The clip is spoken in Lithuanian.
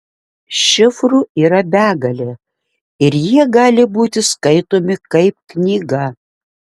šifrų yra begalė ir jie gali būti skaitomi kaip knyga